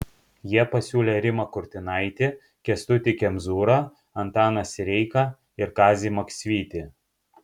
jie pasiūlė rimą kurtinaitį kęstutį kemzūrą antaną sireiką ir kazį maksvytį